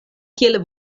kiel